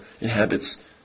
inhabits